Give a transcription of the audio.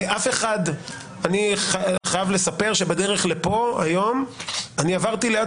אני חייב לספר שבדרך לפה היום עברתי ליד